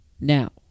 Now